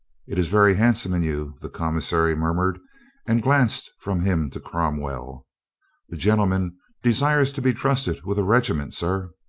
it is very handsome in you, the commissary murmured and glanced from him to cromwell. the gentleman desires to be trusted with a regi ment, sir.